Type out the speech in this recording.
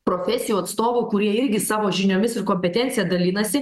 profesijų atstovų kurie irgi savo žiniomis ir kompetencija dalinasi